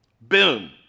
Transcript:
Boom